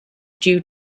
due